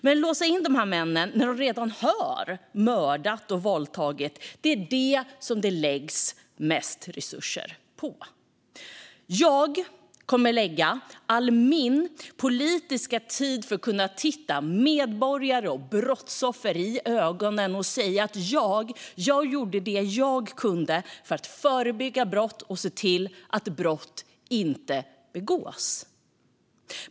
Men det som det läggs mest resurser på är att låsa in dessa män när de redan har mördat och våldtagit. Jag kommer att använda all min politiska tid så att jag kan se medborgare och brottsoffer i ögonen och säga att jag gjorde det jag kunde för att förebygga brott och se till att brott inte begås.